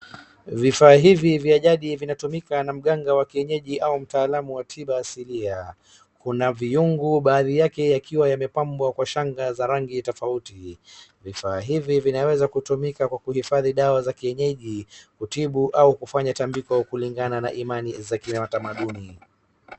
vifaa hivi vya jadi vinatumika na mganga wa kienyeji au mtaalamu wa tiba wa asilia .Kuna vyungu baadhi yake yakiwa yamepambwa kwa shanga ya rangi tofauti, vifaa hivi viaweza kutumika kwa kuhifadhi dawa za kienyeji kutibu au kufanya tambiko kulingana na imani za kiwatamaduni